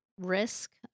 risk